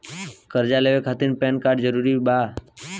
कर्जा लेवे खातिर पैन कार्ड जरूरी बा?